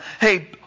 hey